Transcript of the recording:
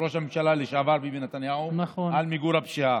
ראש הממשלה לשעבר ביבי נתניהו למיגור הפשיעה.